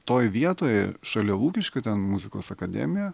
toj vietoje šalia lukiškių ten muzikos akademija